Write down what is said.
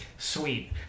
sweet